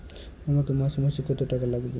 আমাকে মাসে মাসে কত টাকা লাগবে?